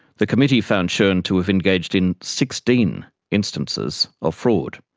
the committee found schon to have engaged in sixteen instances of fraud.